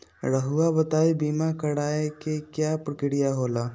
रहुआ बताइं बीमा कराए के क्या प्रक्रिया होला?